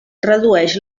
redueix